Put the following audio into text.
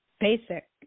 basic